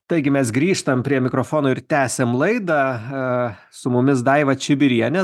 taigi mes grįžtam prie mikrofono ir tęsiam laidą su mumis daiva čibirienė